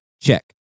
check